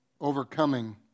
overcoming